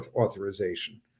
authorization